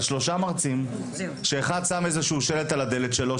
על שלושה מרצים שאחד שם איזשהו שלט על הדלת שלו,